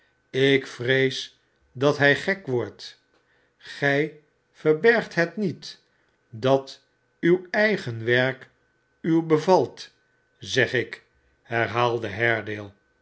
ik vrees dat hij gek wordt gij verbergt het niet dat uw eigen werk u bevalt zeg ik herhaalde